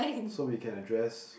so we can address